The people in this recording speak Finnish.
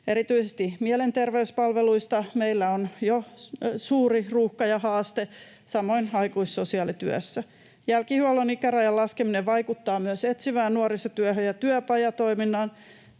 Erityisesti mielenterveyspalveluissa meillä on jo suuri ruuhka ja haaste, samoin aikuissosiaalityössä. Jälkihuollon ikärajan laskeminen vaikuttaa myös etsivän nuorisotyön ja työpajatoiminnan